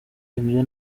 ibyo